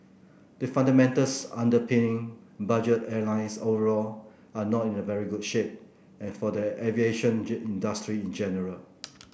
the fundamentals underpinning budget airlines overall are not in a very good shape and for the aviation industry in general